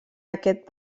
aquest